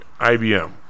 IBM